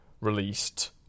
released